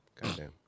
Goddamn